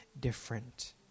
different